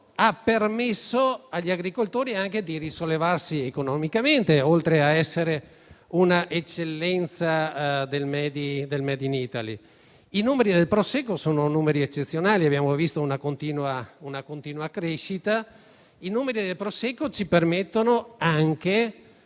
ha permesso agli agricoltori anche di risollevarsi economicamente, oltre a essere un'eccellenza del *made in Italy*. I numeri del prosecco sono eccezionali ne abbiamo visto una continua crescita. I numeri del Prosecco ci permettono - me